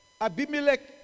Abimelech